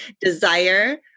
desire